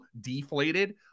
deflated